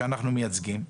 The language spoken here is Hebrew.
שאנחנו מייצגים.